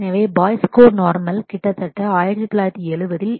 எனவே Boyce Codd normal form கிட்டத்தட்ட 1970 இல் ஆரம்பிக்கப்பட்டது E